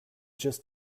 just